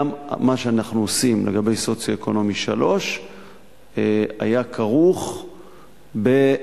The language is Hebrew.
גם מה שאנחנו עושים לגבי סוציו-אקונומי 3 היה כרוך בהסטות